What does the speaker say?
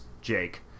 Jake